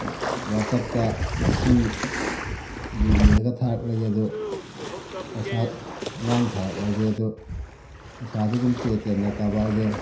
ꯋꯥꯠꯆꯞꯇ ꯃꯁꯤꯡꯗꯨ ꯏꯔꯒ ꯊꯥꯔꯛꯂꯒꯦ ꯑꯗꯣ ꯄꯩꯁꯥ ꯑꯉꯥꯡ ꯊꯥꯔꯛꯂꯒꯦ ꯑꯗꯣ ꯄꯩꯁꯥꯗꯣ ꯑꯗꯨꯝ ꯄꯦ ꯇꯤ ꯑꯦꯝꯗ ꯀꯥꯄꯛꯑꯒꯦ